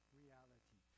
reality